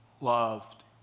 loved